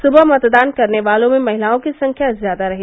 सुबह मतदान करने वालों में महिलाओं की संख्या ज्यादा रही